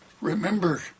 Remember